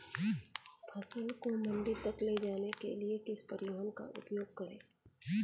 फसल को मंडी तक ले जाने के लिए किस परिवहन का उपयोग करें?